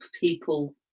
people